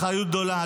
אחריות גדולה,